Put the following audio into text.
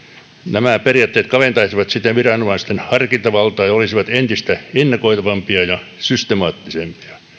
nämä periaatteet kaventaisivat siten viranomaisten harkintavaltaa ja olisivat entistä ennakoitavampia ja systemaattisempia